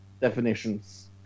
definitions